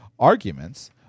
Arguments